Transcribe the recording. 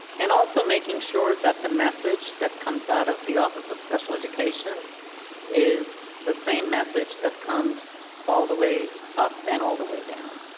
and also making sure that the message that comes out of the office of special education is the same message that comes all the way up and all the way down.